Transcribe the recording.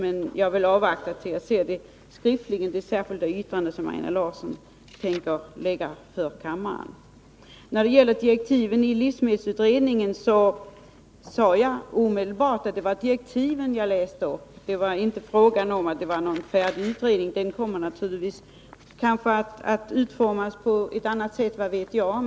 Men jag vill avvakta tills jag ser i skrift det särskilda yrkande som Einar Larsson har framställt. Beträffande direktiven till livsmedelsutredningen sade jag med detsamma att det var direktiven som jag läste upp. Det var inte fråga om att det skulle vara någon färdig utredning; den kommer kanske att utformas på annat sätt — det vet jag inte.